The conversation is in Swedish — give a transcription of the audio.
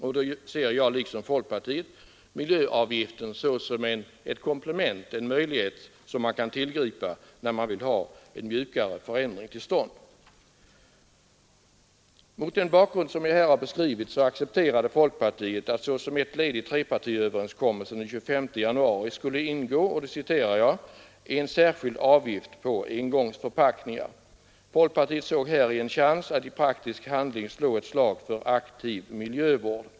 Därför ser jag liksom folkpartiet i övrigt miljöavgiften såsom ett komplement, en möjlighet som man kan tillgripa när man vill ha en mjukare förändring till stånd. Mot den bakgrund jag här beskrivit accepterade folkpartiet att såsom ett led i trepartiöverenskommelsen den 25 januari skulle ingå ”en särskild avgift på engångsförpackningar”. Folkpartiet såg häri en chans att i praktisk handling slå ett slag för aktiv miljövård.